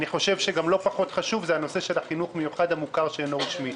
אני חושב שגם לא פחות חשוב זה הנושא של החינוך המיוחד שאינו מוכר ורשמי.